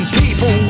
people